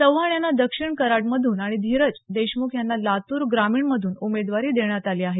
चव्हाण यांना दक्षिण कराडमधून आणि धिरज देशमुख यांना लातूर ग्रामीणमधून उमेदवारी देण्यात आली आहे